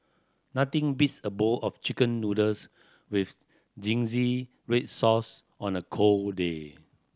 nothing beats a bowl of Chicken Noodles with red sauce on a cold day